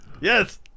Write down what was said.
Yes